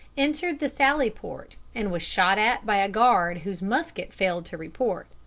entered the sally-port, and was shot at by a guard whose musket failed to report.